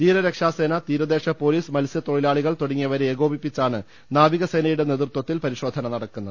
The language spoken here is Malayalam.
തീരരക്ഷാസേന തീരദേശ പോലീസ് മത്സ്യത്തൊഴിലാളികൾ തു ടങ്ങിയവരെ ഏകോപിപ്പിച്ചാണ് നാവികസേനയുടെ നേതൃത്വത്തിൽ പരിശോധന നടത്തുന്നത്